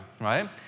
right